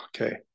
okay